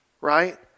right